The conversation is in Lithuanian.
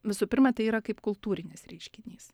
visų pirma tai yra kaip kultūrinis reiškinys